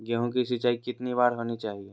गेहु की सिंचाई कितनी बार होनी चाहिए?